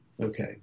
Okay